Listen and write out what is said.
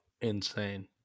Insane